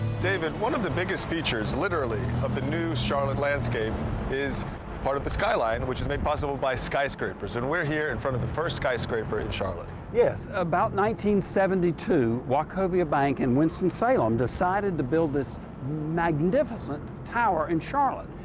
david, one of the biggest features, literally, of the new charlotte landscape is part of the skyline, which is made possible by skyscrapers. and we're here in front of the first skyscraper in charlotte. yes. about one seventy two, wachovia bank in winston-salem decided the build this magnificent tower in charlotte.